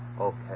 Okay